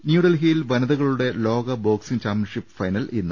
ന്യൂഡൽഹിയിൽ വനിതകളുടെ ലോക ബോക്സിങ് ചാംപ്യൻഷിപ്പ് ഫൈനൽ ഇന്ന്